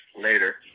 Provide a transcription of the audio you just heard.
Later